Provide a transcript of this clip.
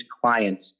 clients